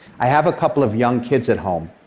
i have a couple of young kids at home,